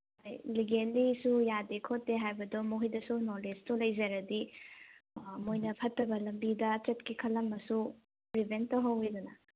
ꯍꯣꯏ ꯂꯤꯒꯦꯜꯂꯤꯁꯨ ꯌꯥꯗꯦ ꯈꯣꯠꯇꯦ ꯍꯥꯏꯕꯗꯣ ꯃꯈꯣꯏꯗꯁꯨ ꯅꯣꯂꯦꯖꯇꯣ ꯂꯩꯖꯔꯗꯤ ꯃꯣꯏꯅ ꯐꯠꯇꯕ ꯂꯝꯕꯤꯗ ꯆꯠꯀꯦ ꯈꯜꯂꯝꯃꯁꯨ ꯄ꯭ꯔꯤꯚꯦꯟ ꯇꯧꯍꯧꯏꯗꯅ